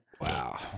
Wow